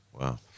Wow